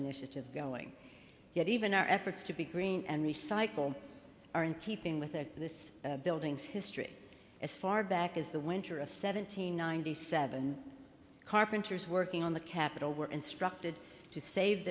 initiatives going yet even our efforts to be green and recycle are in keeping with at this building's history as far back as the winter of seventeen ninety seven carpenters working on the capitol were instructed to save